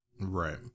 Right